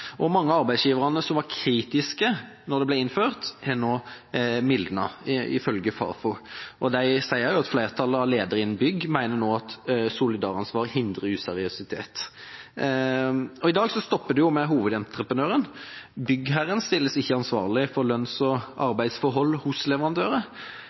Mange av arbeidsgiverne som var kritiske da det ble innført, har nå mildnet, ifølge Fafo. De sier også at flertallet av ledere innen bygg nå mener at solidaransvar hindrer useriøsitet. I dag stopper det jo med hovedentreprenøren. Byggherren stilles ikke ansvarlig for lønns- og